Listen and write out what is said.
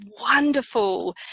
wonderful